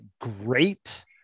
great